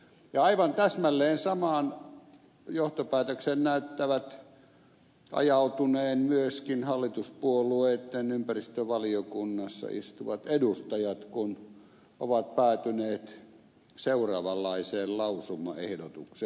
ja aivan täsmälleen samaan johtopäätökseen näyttävät ajautuneen myöskin hal lituspuolueitten ympäristövaliokunnassa istuvat edustajat kun ovat päätyneet seuraavanlaiseen lausumaehdotukseen